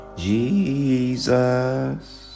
Jesus